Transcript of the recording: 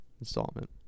installment